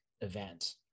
event